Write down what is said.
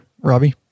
Robbie